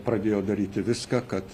pradėjo daryti viską kad